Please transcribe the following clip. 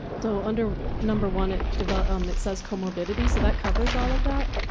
so under number one, it um it says co-morbidity so that covers all of that.